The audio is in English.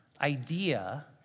idea